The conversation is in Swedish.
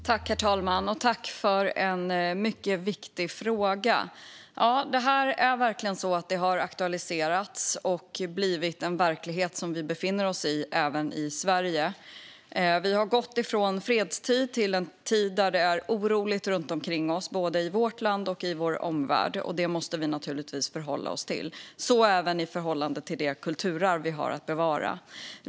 Herr talman! Jag tackar för en mycket viktig fråga. Den här situationen har aktualiserats och blivit en verklighet som vi befinner oss i även i Sverige. Vi har gått från fredstid till en tid där det är oroligt runt omkring oss, både i vårt land och i vår omvärld, och det måste vi naturligtvis förhålla oss till - så även i förhållande till det kulturarv vi har att bevara.